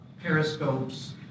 periscopes